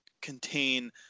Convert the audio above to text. contain